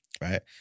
Right